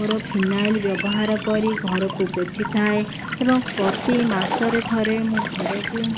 ମୋର ଫିନାଇଲ୍ ବ୍ୟବହାର କରି ଘରକୁ ପୋଛି ଥାଏ ଏବଂ ପ୍ରତି ମାସରେ ଥରେ ମୁଁ ଘରକୁ